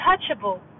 untouchable